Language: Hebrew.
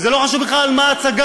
וזה לא חשוב בכלל על מה ההצגה,